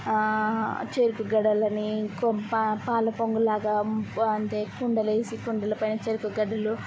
చెఱుకుగడలనీ కొంపా పాలపొంగులాగా అంటే కుండలేసి కుండలపైన చెఱుకుగడలు